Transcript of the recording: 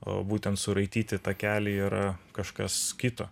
o būtent suraityti takelį yra kažkas kito